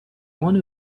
one